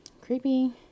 creepy